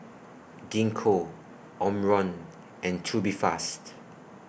Gingko Omron and Tubifast